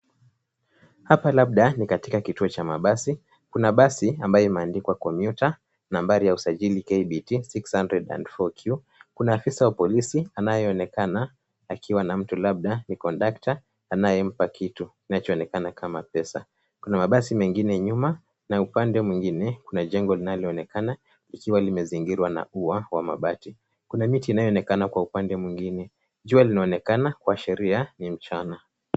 Hapa labda ni kituo cha mabasi. Kuna basi ambayo imeandikwa commuter na nambari ya usajili KDG604Q . Kuna afisa wa polisi anayeonekana akiwa na mtu labda ni kondakta anayempa kitu inayoonekana kama pesa. Kuna mabasi mengine nyuma na upande mwingine kuna jengo linaloonekana likiwa limezingirwa na ua wa mabati. Kuna miti inayoonekana kwa upande mwingine. Jua linaonekana kuashiria ni mchana.